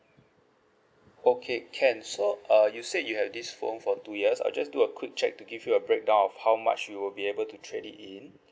okay can so uh you said you had this phone for two years I just do a quick check to give you a breakdown of how much you will be able to trade it in